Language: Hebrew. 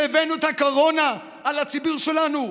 שהבאנו את הקורונה על הציבור שלנו?